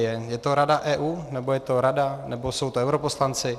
Je to Rada EU, nebo je to Rada, nebo jsou to europoslanci?